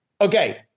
Okay